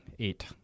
eight